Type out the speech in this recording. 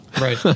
Right